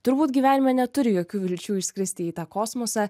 turbūt gyvenime neturi jokių vilčių išskristi į tą kosmosą